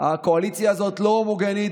הקואליציה הזאת לא הומוגנית,